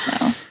No